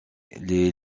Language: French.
les